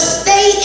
stay